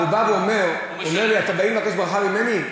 והוא בא ואומר לי: אתם באים לבקש ברכה ממני?